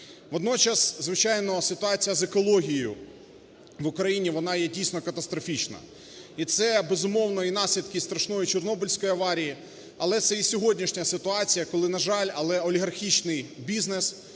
Водночас, звичайно, ситуація з екологією в Україні, вона є, дійсно, катастрофічна. І це, безумовно, і наслідки страшної Чорнобильської аварії, але це і сьогоднішня ситуація, коли, на жаль, але олігархічний бізнес,